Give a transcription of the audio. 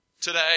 Today